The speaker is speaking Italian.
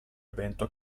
evento